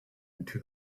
into